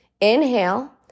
Inhale